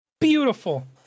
Beautiful